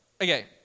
Okay